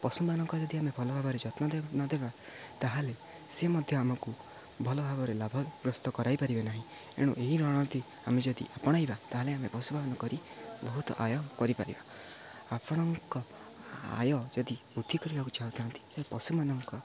ପଶୁମାନଙ୍କ ଯଦି ଆମେ ଭଲ ଭାବରେ ଯତ୍ନ ନଦେବା ତାହେଲେ ସେ ମଧ୍ୟ ଆମକୁ ଭଲ ଭାବରେ ଲାଭଗ୍ରସ୍ତ କରାଇପାରିବେ ନାହିଁ ଏଣୁ ଏହି ରଣତି ଆମେ ଯଦି ଆପଣାଇବା ତାହେଲେ ଆମେ ପଶୁମାନଙ୍କ ବହୁତ ଆୟ କରିପାରିବା ଆପଣଙ୍କ ଆୟ ଯଦି ବୃଦ୍ଧି କରିବାକୁ ଚାହୁଁଥାନ୍ତି ସେ ପଶୁମାନଙ୍କ